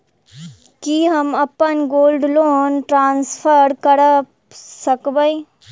की हम अप्पन gold loan transfer करऽ सकबै?